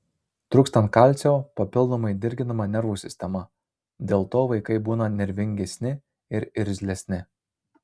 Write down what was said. trūkstant kalcio papildomai dirginama nervų sistema dėl to vaikai būna nervingesni ir irzlesni